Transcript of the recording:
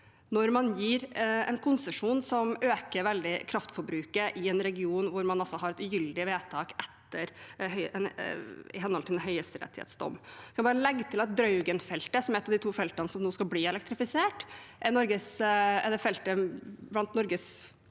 når man gir en konsesjon som øker kraftforbruket veldig i en region hvor man altså har et ugyldig vedtak i henhold til en høyesterettsdom. Jeg kan legge til at Draugen-feltet, som er et av de to feltene som nå skal bli elektrifisert, er det feltet blant Norges oljefelt